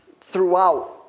throughout